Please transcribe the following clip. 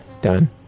Done